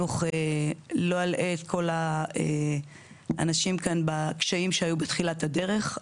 לא אלאה את כל האנשים כאן בקשיים שהיו בתחילת הדרך,